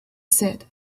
said